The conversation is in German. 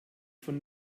von